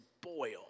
boil